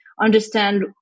Understand